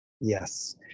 yes